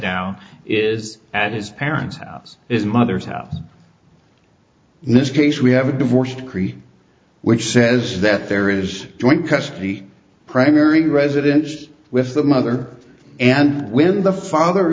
down is at his parents house is mother's house this case we have a divorce decree which says that there is joint custody primary residence with the mother and when the father